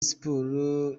sports